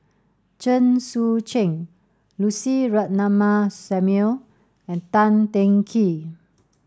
Chen Sucheng Lucy Ratnammah Samuel and Tan Teng Kee